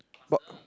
but